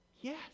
Yes